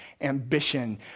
ambition